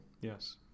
yes